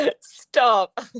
Stop